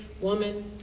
woman